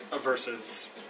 Versus